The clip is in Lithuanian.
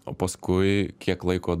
o paskui kiek laiko